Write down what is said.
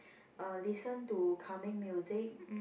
uh listen to calming music